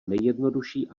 nejjednoduší